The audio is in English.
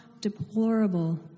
deplorable